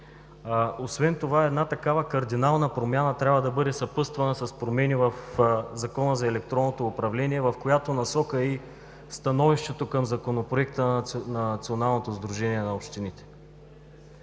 Освен това една такава кардинална промяна трябва да бъде съпътствана с промени в Закона за електронното управление, в която насока е и становището към Законопроекта на Националното сдружение на общините.